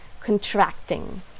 contracting